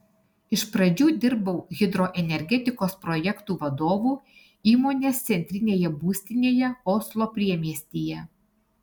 iš pradžių dirbau hidroenergetikos projektų vadovu įmonės centrinėje būstinėje oslo priemiestyje